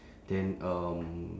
then um